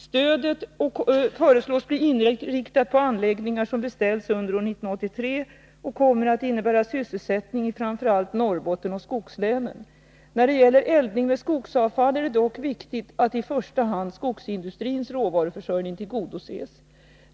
Stödet föreslås bli inriktat på anläggningar som beställs under år 1983 och kommer att innebära sysselsättning i framför allt Norrbotten och skogslänen. När det gäller eldning med skogsavfall är det dock viktigt att i första hand skogsindustrins råvaruförsörjning tillgodoses.